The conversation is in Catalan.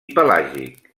pelàgic